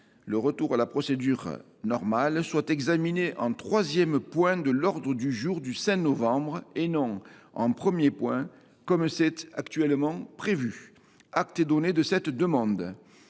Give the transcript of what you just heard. selon la procédure normale, soient examinés en troisième point de l’ordre du jour du 5 novembre et non en premier point, comme c’est actuellement prévu. Acte est donné de cette demande.